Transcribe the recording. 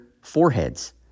foreheads